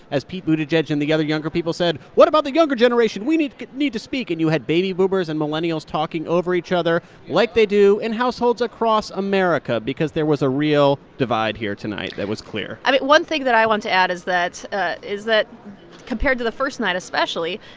as pete buttigieg and the other younger people said, what about the younger generation? we need need to speak. and you had baby boomers and millennials talking over each other, like they do in households across america, because there was a real divide here tonight that was clear i mean, one thing that i want to add is that ah is that compared to the first night, especially,